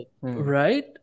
right